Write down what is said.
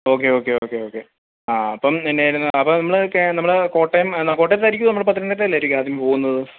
okay okay okay okay ആ അപ്പം എന്തായിരുന്നു അപ്പം നമ്മൾ നമ്മൾ കോട്ടയം എന്താ കോട്ടയത്തുനിന്ന് ആയിരിക്കുമോ നമ്മൾ പത്തനംതിട്ടയിൽ ആയിരിക്കുമോ ആദ്യം പോകുന്നത്